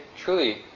truly